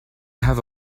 have